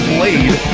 Blade